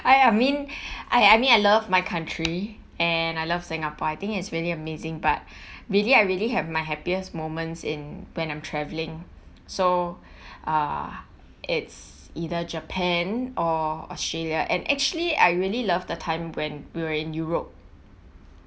I I mean I I mean I love my country and I love singapore I think it's really amazing but really I really have my happiest moments in when I'm travelling so uh it's either japan or australia and actually I really love the time when we were in europe